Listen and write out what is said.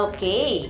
Okay